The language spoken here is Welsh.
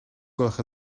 gwelwch